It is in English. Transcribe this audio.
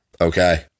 Okay